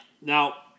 Now